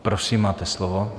Prosím, máte slovo.